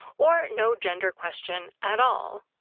or no gender question at all.